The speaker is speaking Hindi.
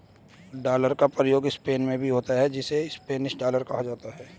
डॉलर का प्रयोग स्पेन में भी होता है जिसे स्पेनिश डॉलर कहा जाता है